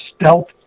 stealth